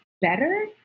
better